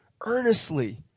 Earnestly